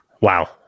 wow